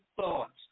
thoughts